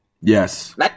Yes